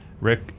Rick